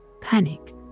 panic